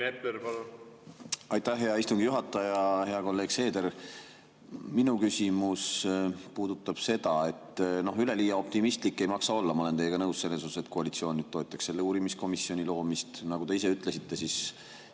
Aitäh, hea istungi juhataja! Hea kolleeg Seeder! Minu küsimus puudutab seda, et üleliia optimistlik ei maksa olla – ma olen teiega nõus selles mõttes –, et koalitsioon toetaks selle uurimiskomisjoni loomist. Nagu te ise ütlesite, siis